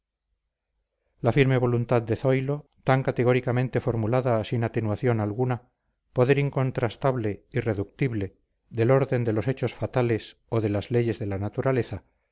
la firme voluntad de zoilo tan categóricamente formulada sin atenuación alguna poder incontrastable irreductible del orden de los hechos fatales o de las leyes de la naturaleza